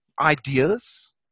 ideas